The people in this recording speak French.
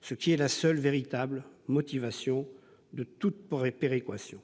seule véritable motivation de toute péréquation.